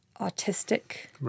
artistic